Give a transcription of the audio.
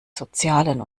sozialen